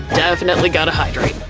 definitely gotta hydrate.